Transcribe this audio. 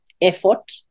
effort